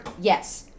Yes